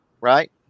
right